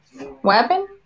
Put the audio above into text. Weapon